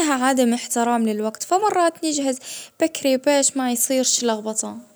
ديما نحاول نحترم المواعيد.